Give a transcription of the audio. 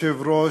כבוד היושב-ראש,